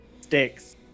sticks